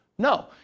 No